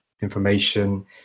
information